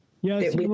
Yes